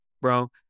bro